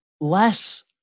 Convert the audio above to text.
Less